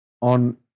on